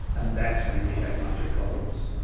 and that's when you have major problems.